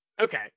Okay